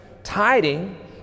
Tiding